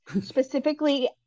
specifically